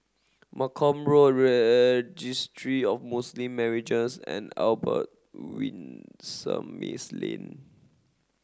Malcolm Road Registry of Muslim Marriages and Albert Winsemius Lane